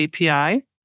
API